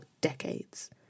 decades